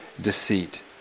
deceit